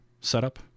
setup